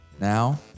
Now